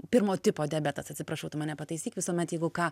pirmo tipo pirmo tipo diabetas atsiprašau tu mane pataisyk visuomet jeigu ką